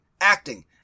acting